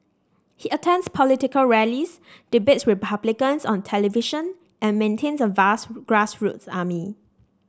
he attends political rallies debates Republicans on television and maintains a vast grassroots army